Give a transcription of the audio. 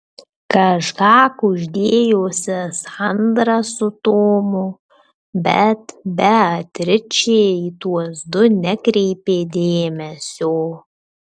kažką kuždėjosi sandra su tomu bet beatričė į tuos du nekreipė dėmesio